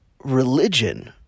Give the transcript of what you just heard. religion